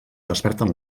desperten